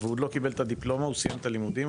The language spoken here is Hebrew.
ועוד לא קיבל את הדיפלומה רק סיים את הלימודים?